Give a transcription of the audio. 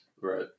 Right